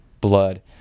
blood